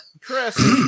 Chris